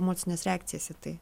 emocines reakcijas į tai